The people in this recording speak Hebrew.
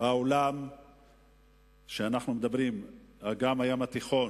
העולם מאגן הים התיכון,